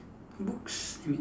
books I mean